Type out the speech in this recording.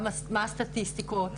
מה הסטטיסטיקות,